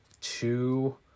two